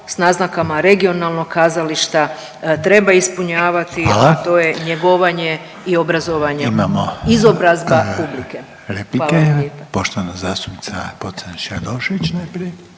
s naznakama regionalnog kazališta treba ispunjavati…/Upadica Reiner: Hvala/…a to je njegovanje i obrazovanje, izobrazba publike, hvala